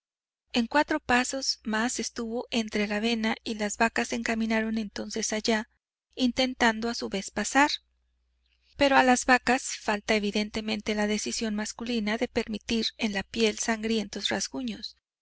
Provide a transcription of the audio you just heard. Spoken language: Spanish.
en cuatro pasos más estuvo entre la avena y las vacas se encaminaron entonces allá intentando a su vez pasar pero a las vacas falta evidentemente la decisión masculina de permitir en la piel sangrientos rasguños